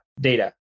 data